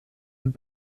und